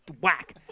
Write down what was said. whack